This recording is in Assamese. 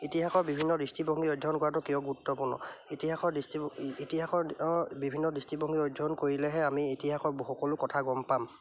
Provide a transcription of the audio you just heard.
ইতিহাসৰ বিভিন্ন দৃষ্টিভংগী অধ্যয়ন কৰাটো কিয় গুৰুত্বপূৰ্ণ ইতিহাসৰ দৃষ্টি ইতিহাসৰ বিভিন্ন দৃষ্টিভংগী অধ্যয়ন কৰিলেহে আমি ইতিহাসৰ ব সকলো কথা গম পাম